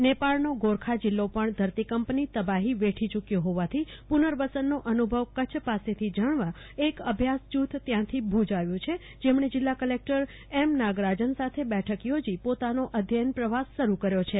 નેપાળનો ગોરખા જીલ્લો પણ ધરતીકંપની તબાફી વેઠી ચુક્યો ફોવાથી પુનર્વસનનો અનુભવ કરછ પાસેથી જાણવા એક અભ્યાસ જૂથ ત્યાંથી ભુજ આવ્યું છે જેમણે જીલ્લા કલેકટર એમ નાગરાજન સાથે બેઠક થોજી પોતાનો અધ્યન પ્રવાસ શરુ કર્યો છે